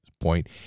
point